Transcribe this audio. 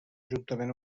juntament